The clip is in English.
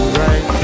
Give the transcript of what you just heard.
right